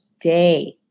day